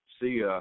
see